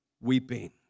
weeping